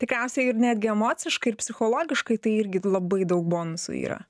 tikriausiai ir netgi emociškai ir psichologiškai tai irgi labai daug bonusų yra